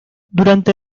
durante